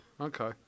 Okay